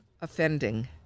offending